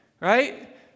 Right